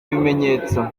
ibimenyetso